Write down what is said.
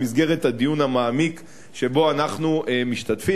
במסגרת הדיון המעמיק שבו אנחנו משתתפים.